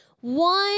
one